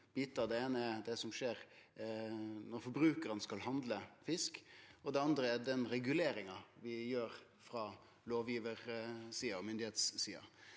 Det eine er det som skjer når forbrukarane skal handle fisk, det andre er den reguleringa vi gjer frå lovgivarsida og myndigheitssida.